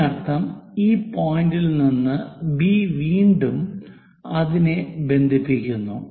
അതിനർത്ഥം ഈ പോയിന്റിൽ നിന്ന് ബി വീണ്ടും അതിനെ ബന്ധിപ്പിക്കുന്നു